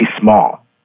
small